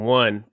one